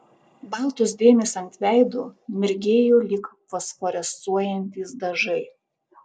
baltos dėmės ant veido mirgėjo lyg fosforescuojantys dažai